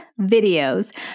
videos